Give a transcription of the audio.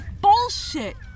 bullshit